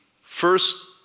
first